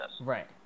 Right